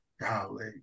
golly